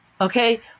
Okay